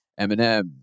Eminem